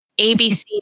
ABC